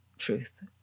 truth